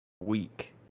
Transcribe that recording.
week